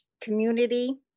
community